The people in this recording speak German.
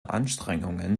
anstrengungen